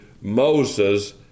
Moses